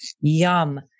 yum